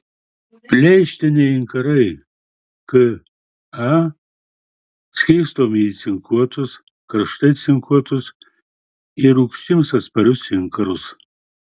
pleištiniai inkarai ka skirstomi į cinkuotus karštai cinkuotus ir rūgštims atsparius inkarus